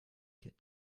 get